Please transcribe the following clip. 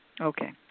Okay